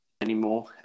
anymore